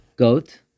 Goat